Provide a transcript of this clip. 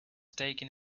taking